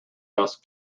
dusk